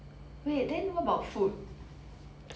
wait then what about food